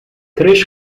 três